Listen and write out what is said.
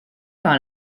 par